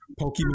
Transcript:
Pokemon